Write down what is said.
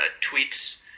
tweets